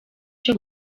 cyo